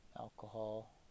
alcohol